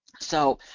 so,